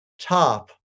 top